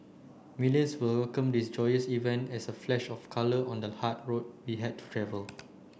millions will welcome this joyous event as a flash of colour on the hard road we have to travel